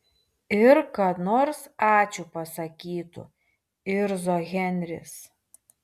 ir kad nors ačiū pasakytų irzo henris